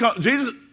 Jesus